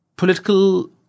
political